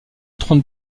trône